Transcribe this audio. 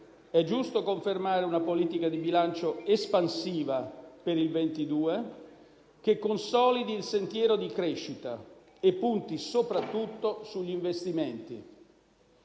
è giusto confermare una politica di bilancio espansiva per il 2022 che consolidi il sentiero di crescita e punti soprattutto sugli investimenti.